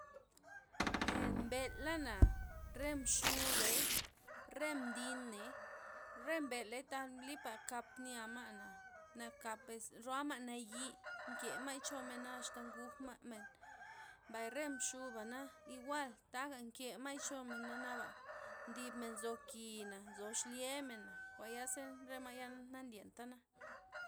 E mbel' lana', re mxubey', re mdiney, re mbel'ley taj lipa' kap nya ma'na, nakap roama' nay'i nke ma'y chomen, na axta' nguma' men, mbay re mxuba'na igual taga nke ma'y chomen nabana ndibmen nzo kina, nzo exlye mena' jwanaza re ma'ya nandyen tana'.